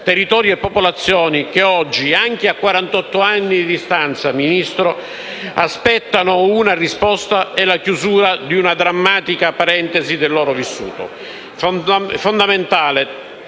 territori e popolazioni che oggi, anche a 48 anni di distanza, signor Ministro, aspettano una risposta e la chiusura di questa drammatica parentesi del loro vissuto.